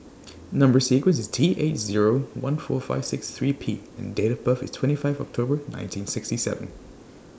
Number sequence IS T eight Zero one four five six three P and Date of birth IS twenty five October nineteen sixty seven